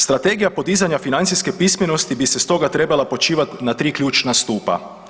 Strategija podizanja financijske pismenosti bi se stoga trebala počivati na tri ključna stupa.